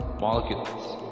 molecules